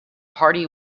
party